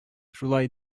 шулай